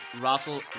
Russell